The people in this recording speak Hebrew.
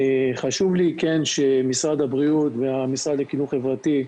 חשוב לי שמשרד הבריאות, משרד לקידום חברתי,